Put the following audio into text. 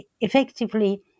effectively